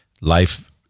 life